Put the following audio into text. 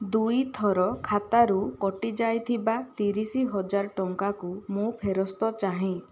ଦୁଇଥର ଖାତାରୁ କଟି ଯାଇଥିବା ତିରିଶ ହଜାର ଟଙ୍କା କୁ ମୁଁ ଫେରସ୍ତ ଚାହେଁ